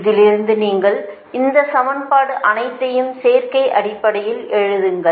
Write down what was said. இதிலிருந்து நீங்கள் இந்த சமன்பாடு அனைத்தையும் சேர்க்கை அடிப்படையில் எழுதுங்கள்